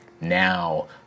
now